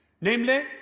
namely